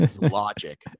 logic